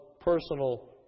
personal